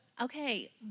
Okay